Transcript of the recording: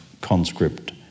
conscript